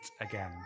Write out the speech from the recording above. again